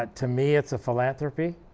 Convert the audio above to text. ah to me it's a philanthropy.